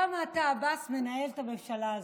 מנהל את הממשלה הזאת.